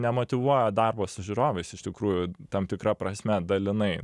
nemotyvuoja darbo su žiūrovais iš tikrųjų tam tikra prasme dalinai